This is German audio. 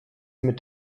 mit